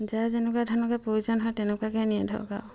যাৰ যেনেকুৱা ধৰণকে প্ৰয়োজন হয় তেনেকুৱাকে নিয়ে ধৰক আৰু